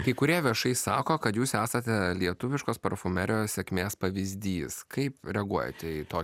kai kurie viešai sako kad jūs esate lietuviškos parfumerijos sėkmės pavyzdys kaip reaguojate į tokį